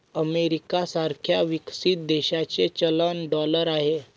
America सारख्या विकसित देशाचे चलन डॉलर आहे